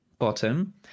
bottom